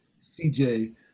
CJ